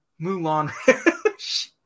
Mulan